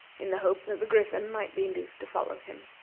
in the hope that the griffin might be induced to follow him.